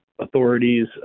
authorities